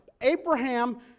Abraham